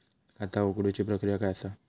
खाता उघडुची प्रक्रिया काय असा?